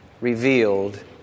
revealed